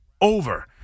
over